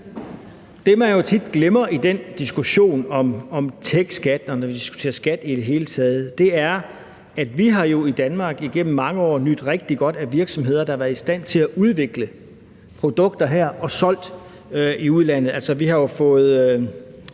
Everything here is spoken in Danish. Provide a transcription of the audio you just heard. som man jo tit glemmer i den diskussion om techskat, og når vi diskuterer skat i det hele taget, er, at vi i Danmark igennem mange år har nydt rigtig godt af virksomheder, der har været i stand til at udvikle produkter her og kunne sælge dem i udlandet. Selskabsskat er